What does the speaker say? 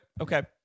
Okay